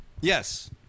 Yes